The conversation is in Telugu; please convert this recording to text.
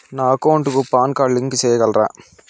నా అకౌంట్ కు పాన్ కార్డు లింకు సేయగలరా?